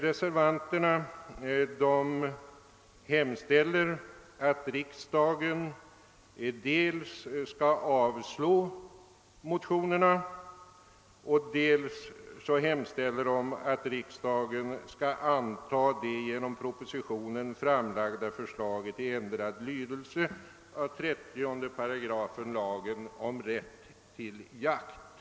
Reservanterna hemställer att riksdagen måtte dels avslå motionerna, dels anta det i propositionen framlagda förslaget till ändrad lydelse av 308 lagen om rätt till jakt.